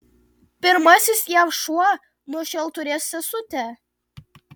pirmasis jav šuo nuo šiol turės sesutę